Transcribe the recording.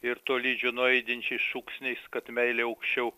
ir tolydžio nuaidinčiais šūksniais kad meilė aukščiau